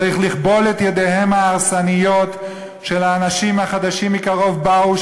צריך לכבול את ידיהם ההרסניות של האנשים החדשים מקרוב באו,